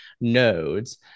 nodes